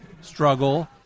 struggle